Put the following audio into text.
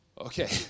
Okay